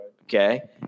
Okay